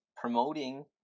promoting